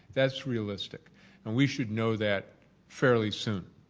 that's realistic and we should know that fairly soon.